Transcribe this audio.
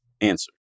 answer